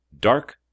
Dark